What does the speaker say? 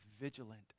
vigilant